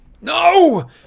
No